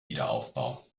wiederaufbau